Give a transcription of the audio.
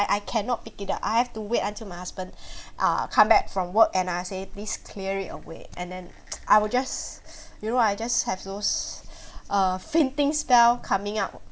I cannot pick it up I have to wait until my husband uh come back from work and I say please clear it away and then I will just you know I just have those uh fainting spell coming up